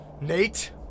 Nate